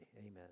amen